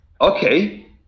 Okay